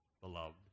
beloved